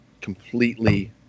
completely